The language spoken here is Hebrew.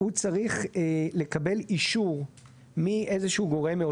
צריך לדעת שאנחנו ברמ"י,